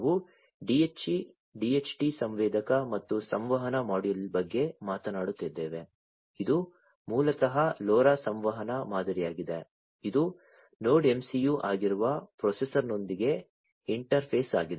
ನಾವು DHT ಸಂವೇದಕ ಮತ್ತು ಸಂವಹನ ಮಾಡ್ಯೂಲ್ ಬಗ್ಗೆ ಮಾತನಾಡುತ್ತಿದ್ದೇವೆ ಇದು ಮೂಲತಃ LoRa ಸಂವಹನ ಮಾದರಿಯಾಗಿದೆ ಇದು NodeMCU ಆಗಿರುವ ಪ್ರೊಸೆಸರ್ನೊಂದಿಗೆ ಇಂಟರ್ಫೇಸ್ ಆಗಿದೆ